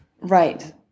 right